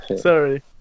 Sorry